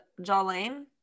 Jolene